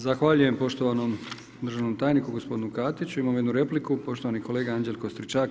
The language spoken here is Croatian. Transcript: Zahvaljujem poštovanom državnom tajniku, gospodinu Katiću, imamo jednu repliku, poštovani kolega Anđelko Stričak.